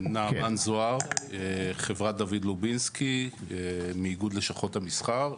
שלום, אני מחברת דוד לובינסקי מאיגוד לשכות המסחר.